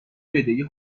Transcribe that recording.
بدهی